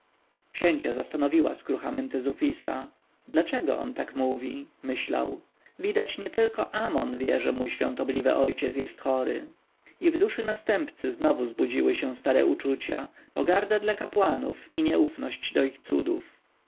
księcia zastanowiła skrucha mentezufisa dlaczego on tak mówi pomyślał widać nietylko amon wie że mój świątobliwy ojciec jest chory i w duszy następcy znowu zbudziły się stare uczucia pogarda dla kapłanów i nieufność do ich cudów